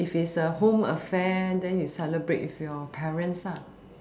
if it's home affair then you celebrate with your parents lah